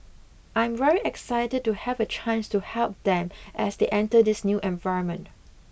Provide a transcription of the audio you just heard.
I'm very excited to have a chance to help them as they enter this new environment